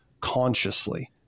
consciously